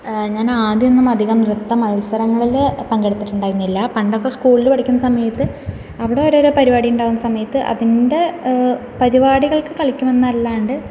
ഞാൻ ആദ്യമൊന്നും അധികം നൃത്ത മത്സരങ്ങളില് പങ്കെടുത്തിട്ട് ഉണ്ടായിരുന്നില്ല പണ്ടൊക്കെ സ്കൂളില് പഠിക്കുന്ന സമയത്ത് അവിടെ ഓരോരോ പരിപാടി ഉണ്ടാകുന്ന സമയത്ത് അതിൻ്റെ പരിപാടികൾക്ക് കളിക്കുമെന്നല്ലാണ്ട്